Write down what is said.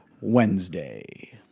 Wednesday